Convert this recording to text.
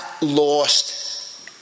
lost